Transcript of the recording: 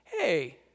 hey